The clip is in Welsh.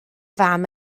fam